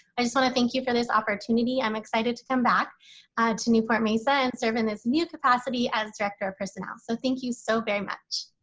i just wanna thank you for this opportunity. i'm excited to come back to newport mesa and serve in this new capacity as director of personnel. so thank you so very much.